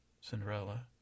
Cinderella